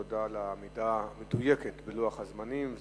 תודה על העמידה המדויקת בלוח הזמנים.